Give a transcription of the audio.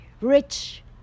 Rich